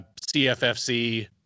CFFC